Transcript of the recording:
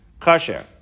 Kasher